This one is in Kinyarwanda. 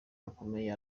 gakomeye